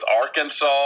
Arkansas